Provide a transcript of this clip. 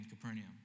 Capernaum